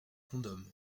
condom